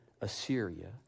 Assyria